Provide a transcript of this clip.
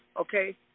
Okay